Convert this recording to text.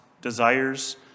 desires